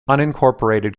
unincorporated